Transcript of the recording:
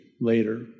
later